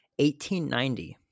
1890